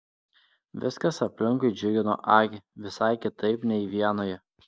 viskas aplinkui džiugino akį visai kitaip nei vienoje